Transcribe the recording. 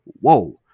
whoa